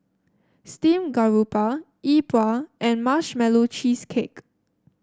Steamed Garoupa Yi Bua and Marshmallow Cheesecake